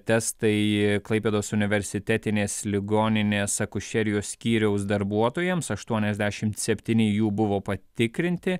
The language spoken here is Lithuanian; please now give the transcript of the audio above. testai klaipėdos universitetinės ligoninės akušerijos skyriaus darbuotojams aštuoniasdešim septyni jų buvo patikrinti